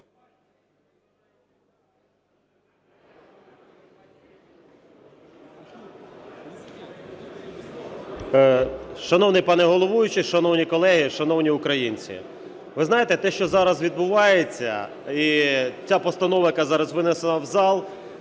Шановний пане головуючий, шановні колеги, шановні українці! Ви знаєте, те, що зараз відбувається, і ця постанова, яка зараз винесена в зал,